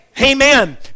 Amen